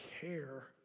care